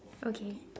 okay